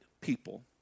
people